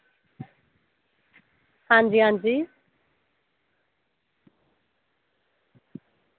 आं जी आं जी